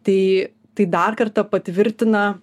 tai tai dar kartą patvirtina